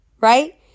right